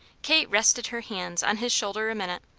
kate rested her hands on his shoulder a minute,